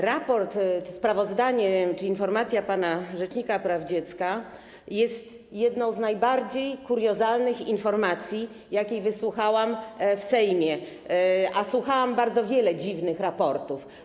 Raport, sprawozdanie czy informacja pana rzecznika praw dziecka jest jedną z najbardziej kuriozalnych informacji, jakiej wysłuchałam w Sejmie, a słuchałam bardzo wielu dziwnych raportów.